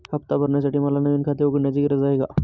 हफ्ता भरण्यासाठी मला नवीन खाते उघडण्याची गरज आहे का?